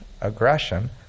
aggression